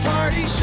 Party